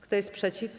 Kto jest przeciw?